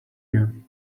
you